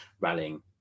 rallying